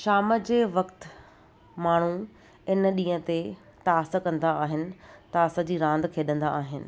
शाम जे वक़्ति माण्हू इन ॾींहं ते तास कंदा तास जी रांदि खेॾंदा आहिनि